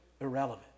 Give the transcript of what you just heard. irrelevant